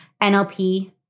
NLP